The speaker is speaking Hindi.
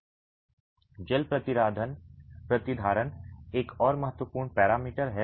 जल प्रतिधारण एक और महत्वपूर्ण पैरामीटर है